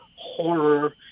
horror